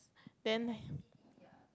then